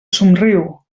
somriu